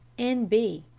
n b